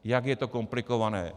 Jak je to komplikované.